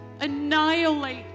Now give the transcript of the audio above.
annihilate